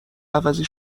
عوضی